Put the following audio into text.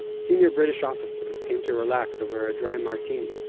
senior british officers came to relax over a dry martini.